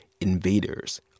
invaders